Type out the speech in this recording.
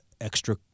extra